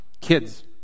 Kids